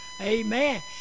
amen